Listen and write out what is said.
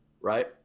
right